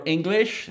English